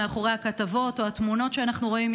מאחורי הכתבות או התמונות שאנחנו רואים,